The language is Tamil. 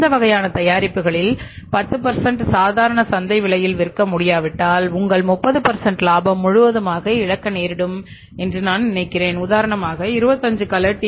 இந்த வகையான தயாரிப்புகளில் 10 சாதாரண சந்தை விலையில் விற்க முடியாவிட்டால் உங்கள் 30 இலாபம் முழுவதுமாக இழக்க நேரிடும் என்று நான் நினைக்கிறேன் உதாரணமாக 25 கலர் டி